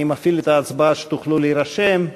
אני מפעיל את ההצבעה, שתוכלו להירשם.